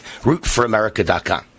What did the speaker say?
RootForAmerica.com